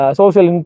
social